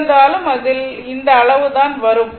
எது வந்தாலும் அதில் இந்த அளவு தான் வரும்